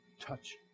touch